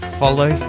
follow